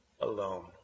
alone